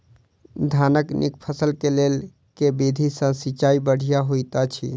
धानक नीक फसल केँ लेल केँ विधि सँ सिंचाई बढ़िया होइत अछि?